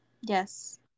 Yes